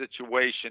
situation